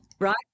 right